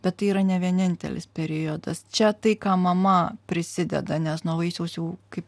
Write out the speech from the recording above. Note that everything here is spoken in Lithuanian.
bet tai yra ne vienintelis periodas čia tai ką mama prisideda nes nuo vaisiaus jau kaip